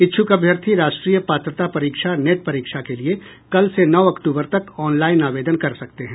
इच्छुक अभ्यर्थी राष्ट्रीय पात्रता परीक्षा नेट परीक्षा के लिए कल से नौ अक्टूबर तक ऑनलाइन आवेदन कर सकते हैं